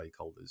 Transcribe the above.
stakeholders